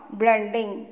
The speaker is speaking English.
blending